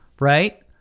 right